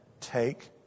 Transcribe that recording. take